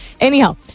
Anyhow